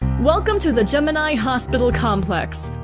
welcome to the gemini hospital complex.